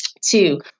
Two